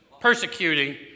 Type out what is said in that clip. persecuting